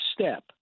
step